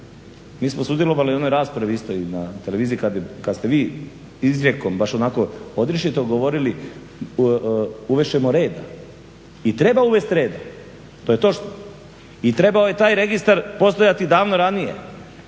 mi smo sudjelovali u onoj raspravi isto i na televiziji kad ste vi izrijekom, baš onako odrješito govorili uvest ćemo reda. I treba uvesti reda, to je točno. I trebao je taj registar postojati davno ranije,